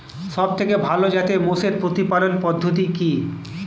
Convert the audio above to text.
সবথেকে ভালো জাতের মোষের প্রতিপালন পদ্ধতি কি?